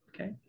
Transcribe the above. okay